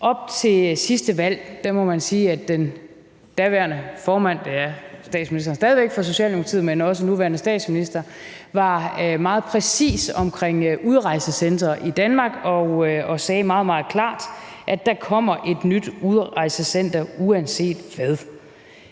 Op til sidste valg må man sige at formanden for Socialdemokratiet, som også er den nuværende statsminister, var meget præcis omkring udrejsecentre i Danmark og sagde meget, meget klart, at der ville komme et nyt udrejsecenter uanset hvad.